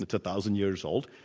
it's a thousand years old,